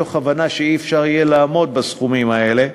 מתוך הבנה שלא יהיה אפשר לעמוד בסכומים האלה.